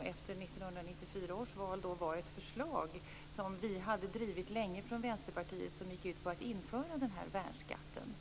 efter 1994 års val till det förslag som vi från Vänsterpartiet länge hade drivit och som gick ut på att införa värnskatten.